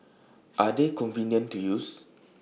are they convenient to use